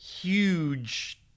huge